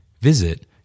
Visit